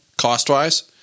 cost-wise